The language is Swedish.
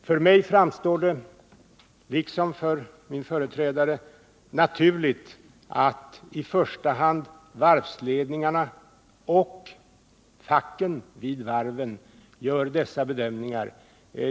För mig framstår det, liksom för min företrädare, naturligt att i första hand varvsledningarna och facken vid varven gör de bästa bedömningarna.